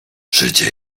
życie